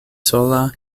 sola